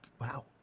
Wow